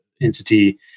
entity